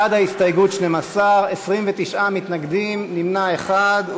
בעד ההסתייגות, 12, 29 מתנגדים, נמנע אחד.